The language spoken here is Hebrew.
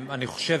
אני חושב